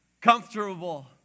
comfortable